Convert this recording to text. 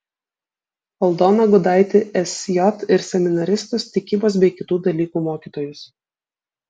aldoną gudaitį sj ir seminaristus tikybos bei kitų dalykų mokytojus